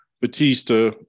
Batista